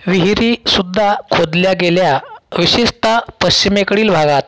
विहिरीसुद्धा खोदल्या गेल्या विशेषत पश्चिमेकडील भागात